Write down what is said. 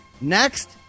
Next